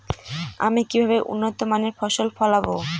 আমি কিভাবে উন্নত মানের ফসল ফলাবো?